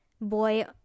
boy